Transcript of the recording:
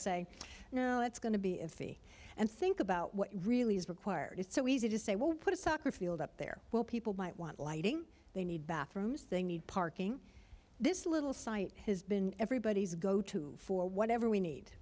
say now it's going to be iffy and think about what really is required it's so easy to say well put a soccer field up there while people might want lighting they need bathrooms they need parking this little site has been everybody's go to for whatever we need